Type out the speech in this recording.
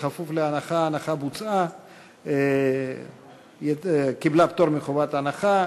כפוף להנחה, ההנחה בוצעה, קיבלה פטור מחובת הנחה.